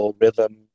rhythm